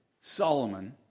Solomon